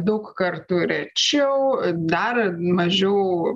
daug kartų rečiau dar mažiau